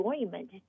enjoyment